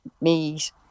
meat